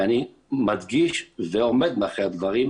ואני מדגיש ועומד מאחורי הדברים,